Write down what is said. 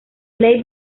ley